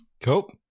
cool